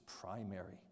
primary